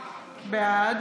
בעד